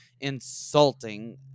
insulting